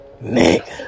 Nick